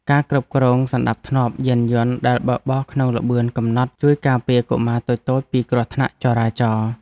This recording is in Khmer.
ការគ្រប់គ្រងសណ្តាប់ធ្នាប់យានយន្តដែលបើកបរក្នុងល្បឿនកំណត់ជួយការពារកុមារតូចៗពីគ្រោះថ្នាក់ចរាចរណ៍។